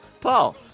Paul